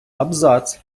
абзац